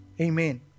Amen